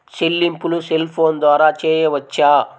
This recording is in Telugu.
చెల్లింపులు సెల్ ఫోన్ ద్వారా చేయవచ్చా?